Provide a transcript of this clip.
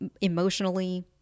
emotionally